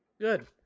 Good